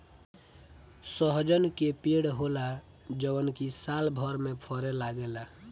सहजन के पेड़ होला जवन की सालभर में फरे लागेला